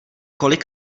kolik